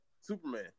Superman